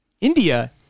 India